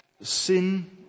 sin